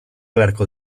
beharko